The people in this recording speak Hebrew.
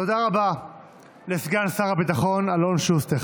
תודה רבה לסגן שר הביטחון אלון שוסטר.